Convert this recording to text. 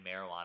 marijuana